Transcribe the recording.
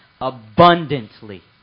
abundantly